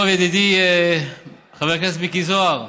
ידידי חבר הכנסת מיקי זוהר,